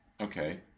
Okay